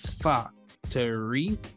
Factory